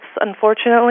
unfortunately